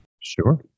Sure